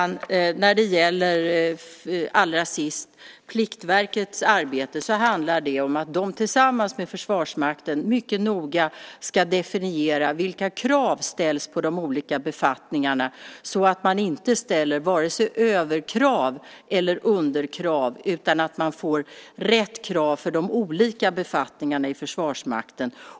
När det allra sist gäller Pliktverkets arbete handlar det om att de tillsammans med Försvarsmakten mycket noga ska definiera vilka krav som ska ställas på de olika befattningarna, så att det inte ställs vare sig överkrav eller underkrav utan rätt krav för de olika befattningarna i Försvarsmakten.